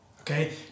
okay